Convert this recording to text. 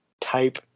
type